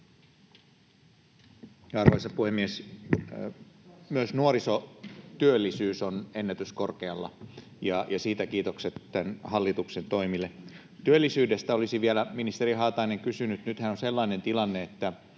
Arvoisa puhemies! Myös nuorisotyöllisyys on ennätyskorkealla, ja siitä kiitokset tämän hallituksen toimille. Työllisyydestä olisin vielä, ministeri Haatainen, kysynyt. Nythän on sellainen tilanne, että